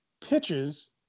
pitches